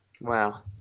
Wow